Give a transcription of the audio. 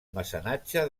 mecenatge